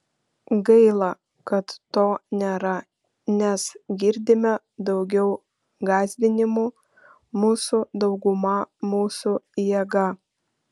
gaila kad to nėra nes girdime daugiau gąsdinimų mūsų dauguma mūsų jėga